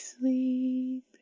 sleep